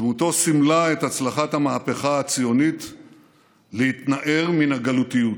דמותו סימלה את הצלחת המהפכה הציונית להתנער מן הגלותיות.